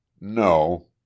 No